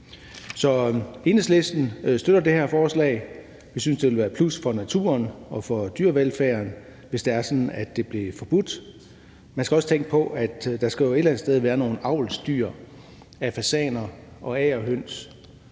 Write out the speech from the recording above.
Så Enhedslisten støtter det her forslag. Vi synes, at det ville være et plus for naturen og for dyrevelfærden, hvis det var sådan, at det blev forbudt. Man skal også tænke på, at der jo et eller andet sted skal være nogle avlsdyr i form af fasaner, agerhøns